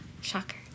Shocker